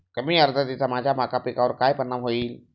कमी आर्द्रतेचा माझ्या मका पिकावर कसा परिणाम होईल?